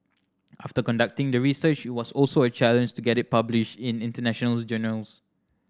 after conducting the research it was also a challenge to get it published in international journals